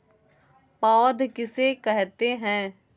पौध किसे कहते हैं?